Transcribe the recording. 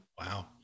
Wow